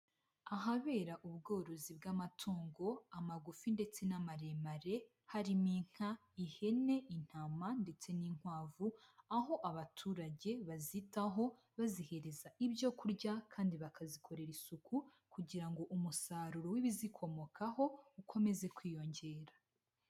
Ahabera ubworozi bw'amatungo, amagufi ndetse n'amaremare harimo inka, ihene, intama ndetse n'inkwavu, aho abaturage bazitaho bazihereza ibyo kurya kandi bakazikorera isuku kugira ngo umusaruro w'ibizikomokaho ukomeze kwiyongera.